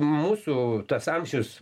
mūsų tas amžius